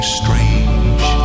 strange